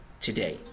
today